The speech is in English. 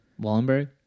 Wallenberg